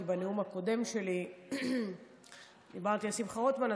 כי בנאום הקודם שלי דיברתי על שמחה רוטמן,